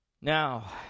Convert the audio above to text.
Now